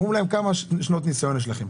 שואלים אותם: כמה שנות ניסיון יש לכם?